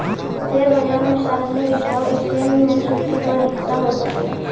share बाजार में सार्वजनिक स्टॉक एक्सचेंज में सूचीबद्ध हिस्सा हो सकेला